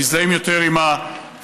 מזדהים יותר עם הפלסטינים,